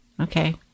okay